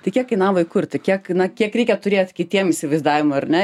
tai kiek kainavo įkurti kiek na kiek reikia turėt kitiem įsivaizdavimui ar ne